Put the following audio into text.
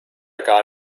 gar